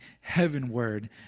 heavenward